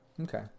Okay